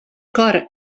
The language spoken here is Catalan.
cor